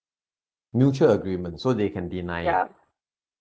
mutual agreement so they can be deny it